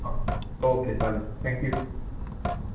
हां ओके चालेल थँक्यू